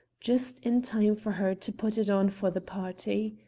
just in time for her to put it on for the party.